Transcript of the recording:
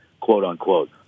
quote-unquote